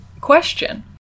question